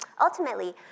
Ultimately